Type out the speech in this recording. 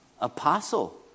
Apostle